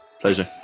Pleasure